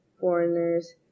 foreigners